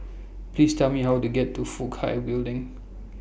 Please Tell Me How to get to Fook Hai Building